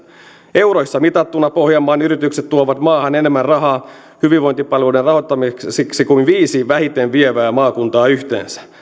euroissa mitattuna pohjanmaan yritykset tuovat maahan enemmän rahaa hyvinvointipalveluiden rahoittamiseksi kuin viisi vähiten vievää maakuntaa yhteensä